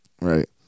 right